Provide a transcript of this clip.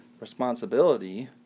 responsibility